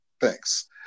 Thanks